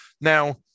Now